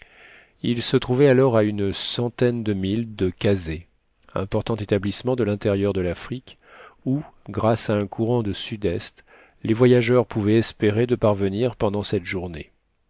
il se trouvait alors à une centaine de milles de kazeh important établissement de l'intérieur de l'afrique où grâce à un courant de sud-est les voyageurs pouvaient espérer de parvenir pendant cette journée